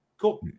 cool